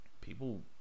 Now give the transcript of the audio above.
people